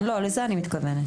לזה אני מתכוונת.